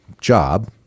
job